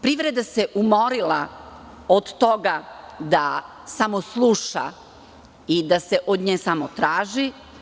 Privreda se umorila od toga da samo sluša i da se od nje samo traži.